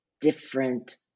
different